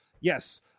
yes